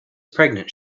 pregnant